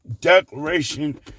Declaration